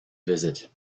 visit